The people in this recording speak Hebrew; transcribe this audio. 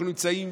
אנחנו נמצאים